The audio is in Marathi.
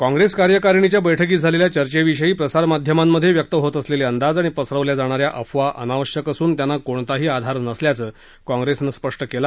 काँग्रेस कार्यकारिणीच्या बैठकीत झालेल्या चर्चेविषयी प्रसारमाध्यमांमध्ये व्यक्त होत असलेले अंदाज आणि पसरवल्या जाणाऱ्या अफवा अनावश्यक असून त्यांना कोणताही आधार नसल्याचं काँग्रेसनं स्पष्ट केलं